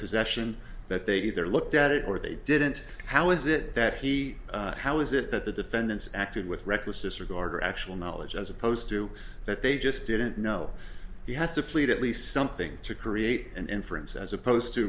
possession that they either looked at it or they didn't how is it that he how is it that the defendants acted with reckless disregard or actual knowledge as opposed to that they just didn't know he has to plead at least something to create an inference as opposed to